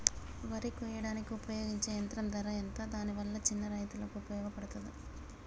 వరి కొయ్యడానికి ఉపయోగించే యంత్రం ధర ఎంత దాని వల్ల చిన్న రైతులకు ఉపయోగపడుతదా?